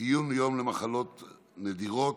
ציון יום המחלות הנדירות,